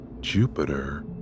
Jupiter